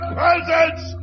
presence